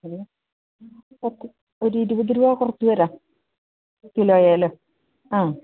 ഒരു ഒരു ഇരുപത് രൂപ കുറച്ചുതരാം കിലോയില് ആ